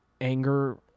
anger